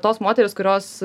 tos moterys kurios